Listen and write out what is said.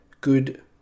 good